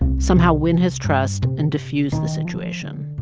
somehow win his trust and diffuse the situation.